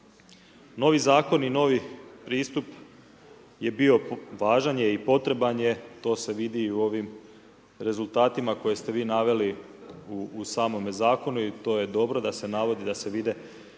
Novi zakon i novi pristup važan je i potreban je, to se vidi u ovim rezultatima koje ste vi naveli u samom zakonu i to je dobro da se navodi i da se vide